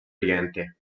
oriente